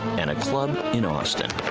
and a club in austin.